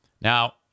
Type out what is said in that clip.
Now